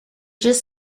just